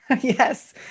Yes